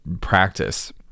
practice